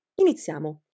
Iniziamo